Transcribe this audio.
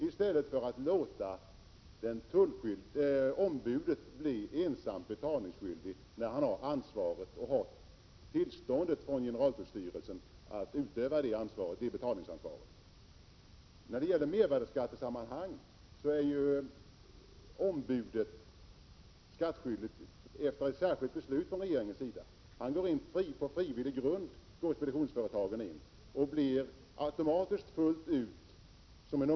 I stället bör man låta ombudet ensamt bli betalningsskyldigt i och med att han har fått tillstånd från generaltullstyrelsen att utöva detta betalningsansvar. I mervärdeskattesammanhang är ombudet skattskyldigt efter ett särskilt beslut av regeringen. Speditionsföretagen blir på frivillig grund skattskyldiga fullt ut.